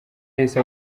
yahise